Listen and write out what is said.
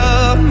love